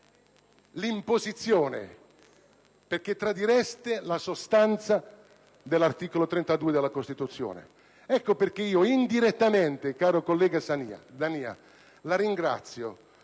l'imposizione, perché tradireste la sostanza dell'articolo 32 della Costituzione. Ecco perché indirettamente, caro collega Nania, la ringrazio: